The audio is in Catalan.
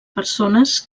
persones